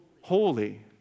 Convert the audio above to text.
holy